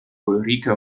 ulrike